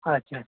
اَچھا